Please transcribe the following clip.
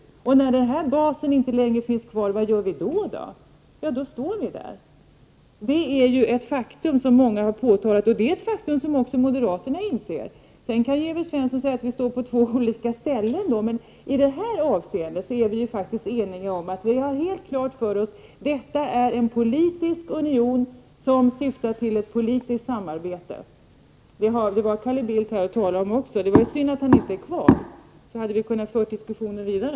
När den här basen inte längre finns kvar, vad gör vi då? Då står vi där. Detta är ett faktum som många har påtalat, ett faktum som även moderaterna inser. Sedan kan Evert Svensson säga att vi har två olika uppfattningar, men i det här avseendet är vi överens om att det helt klart är fråga om en politisk union som syftar till ett politiskt samarbete. Det har Carl Bildt också här talat om. Det är synd att han inte är kvar i kammaren, annars skulle vi ha kunnat föra diskussionen vidare.